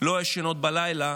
לא ישנות בלילה